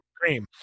Cream